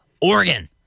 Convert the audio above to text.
Oregon